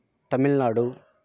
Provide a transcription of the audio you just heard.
Tamil Nadu